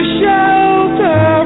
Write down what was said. shelter